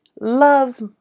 loves